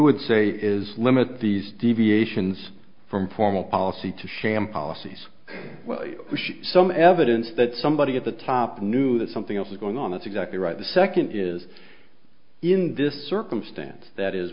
would say is limit these deviations from formal policy to sham policies some evidence that somebody at the top knew that something else is going on that's exactly right the second is in this circumstance that is